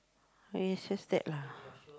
well it's just that lah